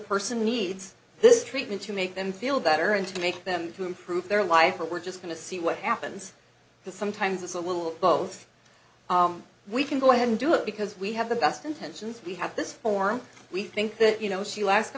person needs this treatment to make them feel better and to make them to improve their life or we're just going to see what happens sometimes it's a little of both we can go ahead and do it because we have the best intentions we have this form we think that you know she l